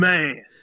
Man